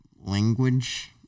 language